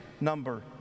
number